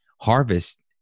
harvest